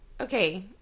Okay